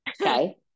Okay